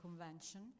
convention